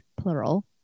plural